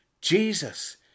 Jesus